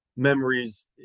memories